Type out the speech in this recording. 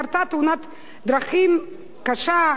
קרתה תאונת דרכים קשה,